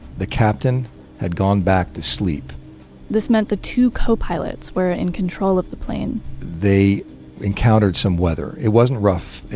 the captain had gone back to sleep this meant the two co-pilots were in control of the plane they encountered some weather. it wasn't rough,